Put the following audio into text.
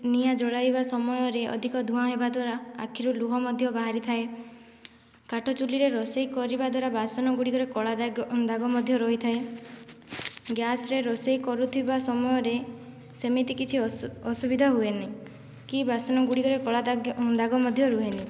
ନିଆଁ ଜଳାଇବା ସମୟରେ ଅଧିକ ଧୂଆଁ ହେବା ଦ୍ୱାରା ଆଖିରୁ ଲୁହ ମଧ୍ୟ ବାହାରି ଥାଏ କାଠ ଚୁଲିରେ ରୋଷେଇ କରିବା ଦ୍ୱାରା ବାସନ ଗୁଡ଼ିକରେ କଳା ଦାଗ ମଧ୍ୟ ରହିଥାଏ ଗ୍ୟାସରେ ରୋଷେଇ କରୁଥିବା ସମୟରେ ସେମିତି କିଛି ଅସୁବିଧା ହୁଏନି କି ବାସନ ଗୁଡ଼ିକରେ କଳା ଦାଗ ମଧ୍ୟ ରୁହେନି